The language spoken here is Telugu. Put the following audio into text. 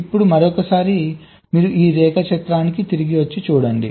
ఇప్పుడు మరోసారి మీరు ఈ రేఖాచిత్రానికి తిరిగి రండి